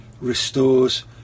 restores